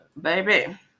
Baby